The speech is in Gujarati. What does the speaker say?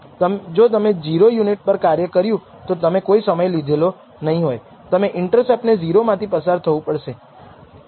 તેથી ત્યાં અંશ છે જે SSR પાસે ડિગ્રીઝ ઓફ ફ્રીડમમાત્ર એક છે જે n 1 n 2 છે જ્યારે છેદ SSE પાસે n 2 ડિગ્રીઝ ઓફ ફ્રીડમ છે કારણ કે તેમાં 2 પરિમાણો છે જે ફીટ છે